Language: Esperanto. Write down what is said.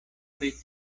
pri